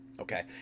okay